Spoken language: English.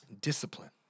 Discipline